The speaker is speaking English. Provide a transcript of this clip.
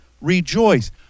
rejoice